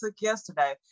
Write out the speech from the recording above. yesterday